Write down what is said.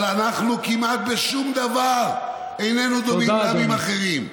אבל אנחנו כמעט בשום דבר איננו דומים לעמים אחרים.